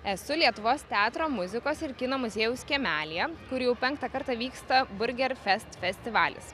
esu lietuvos teatro muzikos ir kino muziejaus kiemelyje kur jau penktą kartą vyksta burgerfest festivalis